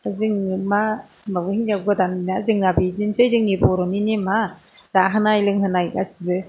जोङो मा होनबावनो हिनजाव गोदाना जोंना बिदिनोसै जोंनि बर'नि नेमा जाहोनाय लोंहोनाय गासिबो